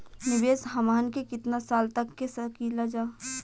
निवेश हमहन के कितना साल तक के सकीलाजा?